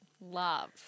Love